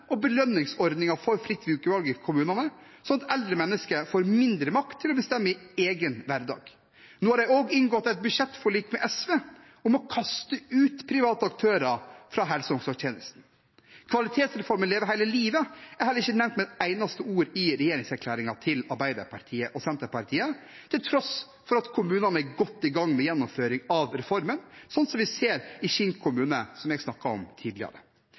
for fritt brukervalg i kommunene, sånn at eldre mennesker får mindre makt til å bestemme i egen hverdag. Nå har de også inngått et budsjettforlik med SV om å kaste ut private aktører fra helse- og omsorgstjenesten. Kvalitetsreformen Leve hele livet er heller ikke nevnt med et eneste ord i regjeringserklæringen til Arbeiderpartiet og Senterpartiet, til tross for at kommunene er godt i gang med gjennomføring av reformen, slik vi ser i Kinn kommune, som jeg snakket om tidligere.